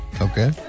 Okay